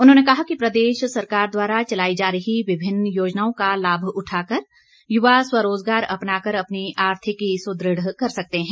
उन्होंने कहा कि प्रदेश सरकार द्वारा चलाई जा रही विभिन्न योजनाओं का लाभ उठाकर युवा स्वरोजगार अपनाकर अपनी आर्थिकी सुदृढ़ कर सकते हैं